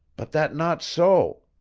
but that not so.